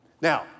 Now